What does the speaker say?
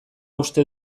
uste